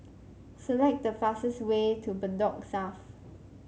select the fastest way to Bedok South